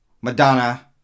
madonna